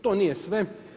To nije sve.